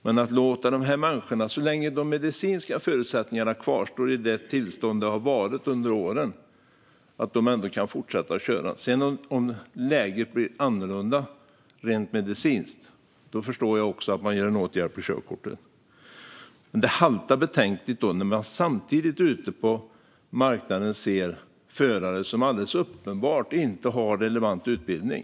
Men så länge de medicinska förutsättningarna kvarstår i samma tillstånd som de har varit under åren skulle man kunna låta de här människorna fortsätta att köra. Om läget sedan blir annorlunda rent medicinskt förstår jag också att man gör en åtgärd på körkortet. Det haltar dock betänkligt när man samtidigt ute på marknaden ser förare som alldeles uppenbart saknar relevant utbildning.